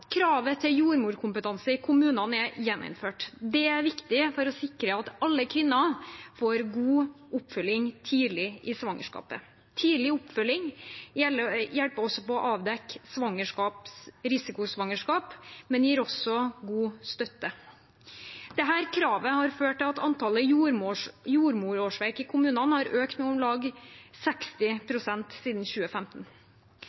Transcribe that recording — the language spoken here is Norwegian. Kravet til jordmorkompetanse i kommunene er gjeninnført. Det er viktig for å sikre at alle kvinner får god oppfølging tidlig i svangerskapet. Tidlig oppfølging hjelper til med å avdekke risikosvangerskap, men gir også god støtte. Dette kravet har ført til at antallet jordmorårsverk i kommunene har økt med om lag 60